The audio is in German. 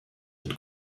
mit